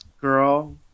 girl